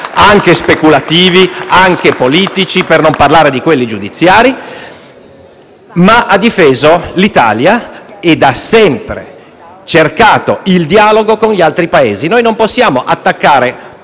anche speculativi e politici, per non parlare di quelli giudiziari; ha però difeso l'Italia, cercando sempre il dialogo con gli altri Paesi. Non possiamo attaccare